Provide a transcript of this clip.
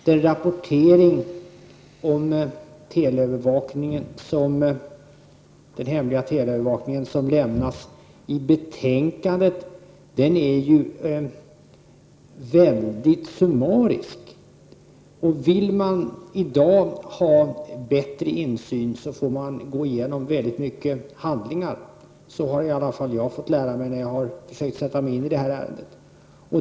Den rapportering av den hemliga telefonavlyssningen som ges i betänkandet är väldigt summarisk. Vill man i dag ha en bättre insyn, måste man gå igenom väldigt många handlingar. Det har i varje fall jag fått lära mig när jag försökt sätta mig in i detta ärende.